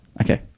Okay